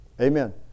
Amen